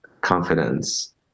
confidence